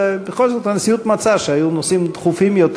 ובכל זאת הנשיאות מצאה שהיו נושאים דחופים יותר.